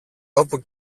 όπου